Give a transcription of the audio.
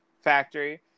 factory